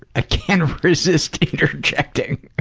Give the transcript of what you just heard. ah can't resist interjecting.